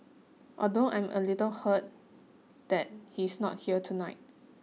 although I am a little hurt that he's not here tonight